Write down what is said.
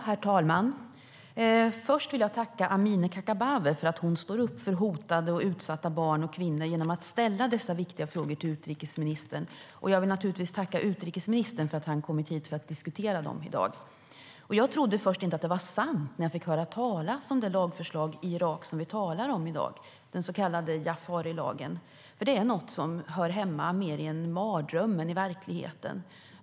Herr talman! Först vill jag tacka Amineh Kakabaveh för att hon står upp för hotade och utsatta barn och kvinnor genom att ställa dessa viktiga frågor till utrikesministern. Jag vill naturligtvis också tacka utrikesministern för att han har kommit hit för att diskutera dem i dag. Jag trodde först inte att det var sant när jag fick höra talas om det lagförslag i Irak som vi talar om i dag - den så kallade Jaafarilagen. Det är något som hör hemma mer i en mardröm än i verkligheten.